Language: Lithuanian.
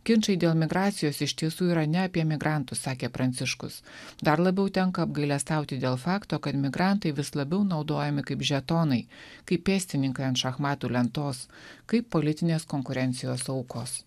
ginčai dėl migracijos iš tiesų yra ne apie migrantus sakė pranciškus dar labiau tenka apgailestauti dėl fakto kad migrantai vis labiau naudojami kaip žetonai kaip pėstininkai ant šachmatų lentos kaip politinės konkurencijos aukos